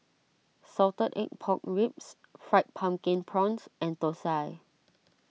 Salted Egg Pork Ribs Fried Pumpkin Prawns and Thosai